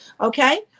Okay